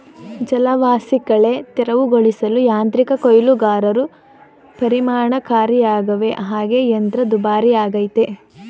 ಜಲವಾಸಿಕಳೆ ತೆರವುಗೊಳಿಸಲು ಯಾಂತ್ರಿಕ ಕೊಯ್ಲುಗಾರರು ಪರಿಣಾಮಕಾರಿಯಾಗವೆ ಹಾಗೆ ಯಂತ್ರ ದುಬಾರಿಯಾಗಯ್ತೆ